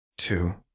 Two